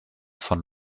von